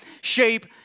shape